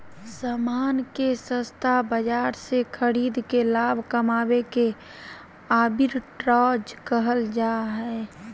सामान के सस्ता बाजार से खरीद के लाभ कमावे के आर्बिट्राज कहल जा हय